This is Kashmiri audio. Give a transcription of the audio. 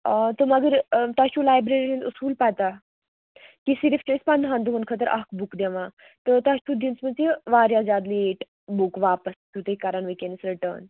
آ تہٕ مگر تۄہہِ چھُ لایبرٔری ہُنٛد اصوٗل پتاہ کہِ صرِف چھِ أسۍ پنٛدہن دوہن خٲطرٕ اکھ بُک دِوان تہٕ تۄہہِ چھِو دِژمٕژ یہِ واریاہ زیادٕ لیٹ بُک واپس چھِو تُہۍ کران وُنکیٚنس رِٹٲرٕن